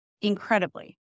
incredibly